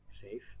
safe